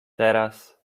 teraz